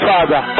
Father